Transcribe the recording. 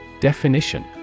Definition